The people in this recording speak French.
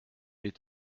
est